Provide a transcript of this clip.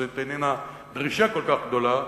וזאת איננה דרישה כל כך גדולה,